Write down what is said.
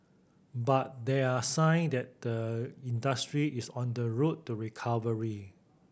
but there are sign that the industry is on the road to recovery